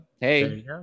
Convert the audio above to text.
hey